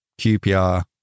QPR